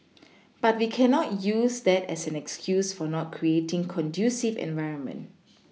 but we cannot use that as an excuse for not creating conducive environment